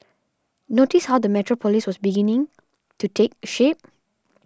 notice how the metropolis was beginning to take shape